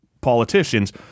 politicians